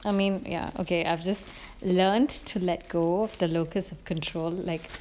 I mean ya okay I've just learnt to let go the lost of control like